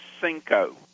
Cinco